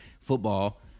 football